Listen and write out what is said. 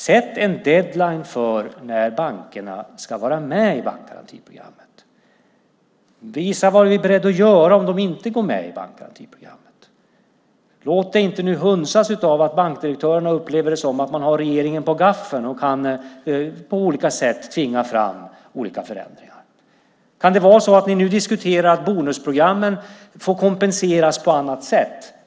Sätt en deadline för när bankerna ska vara med i bankgarantiprogrammet! Visa vad vi är beredda att göra om de inte går med i bankgarantiprogrammet! Låt dig inte nu hunsas av att bankdirektörerna upplever det som att de har regeringen på gaffeln och på olika sätt kan tvinga fram olika förändringar! Kan det vara så att ni nu diskuterar att bonusprogrammen får kompenseras på annat sätt?